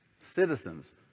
Citizens